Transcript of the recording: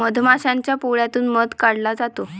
मधमाशाच्या पोळ्यातून मध काढला जातो